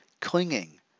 clinging